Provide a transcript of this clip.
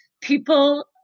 people